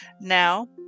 Now